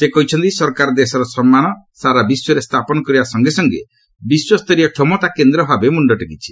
ସେ କହିଛନ୍ତି ସରକାର ଦେଶର ସମ୍ମାନ ସାରା ବିଶ୍ୱରେ ସ୍ଥାପନ କରିବା ସଙ୍ଗେ ସଙ୍ଗେ ବିଶ୍ୱସ୍ତରୀୟ କ୍ଷମତା କେନ୍ଦ୍ର ଭାବେ ମୁଣ୍ଡ ଟେକିଛି